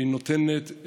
שהיא נותנת,